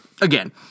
again